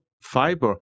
fiber